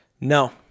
No